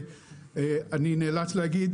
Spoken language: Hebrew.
ואני נאלץ להגיד: